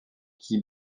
qui